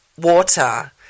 water